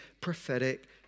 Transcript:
prophetic